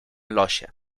losie